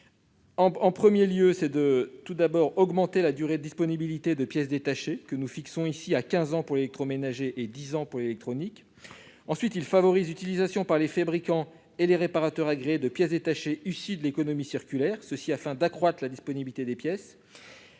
d'abord, nous souhaitons augmenter la durée de disponibilité des pièces détachées, que nous fixons ici à quinze ans pour l'électroménager et à dix ans pour l'électronique. Ensuite, nous voulons favoriser l'utilisation par les fabricants et les réparateurs agréés de pièces détachées issues de l'économie circulaire, et ce afin d'accroître la disponibilité des pièces.